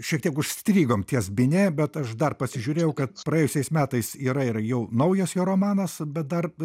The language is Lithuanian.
šiek tiek užstrigom ties bine bet aš dar pasižiūrėjau kad praėjusiais metais yra ir jau naujas jo romanas bet dar